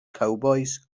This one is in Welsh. cowbois